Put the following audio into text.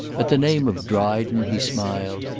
at the name of dryden he smiled,